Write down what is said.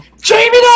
Jamie